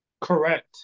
correct